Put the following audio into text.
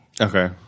Okay